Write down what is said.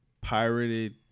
pirated